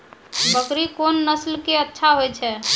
बकरी कोन नस्ल के अच्छा होय छै?